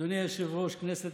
אדוני היושב-ראש, כנסת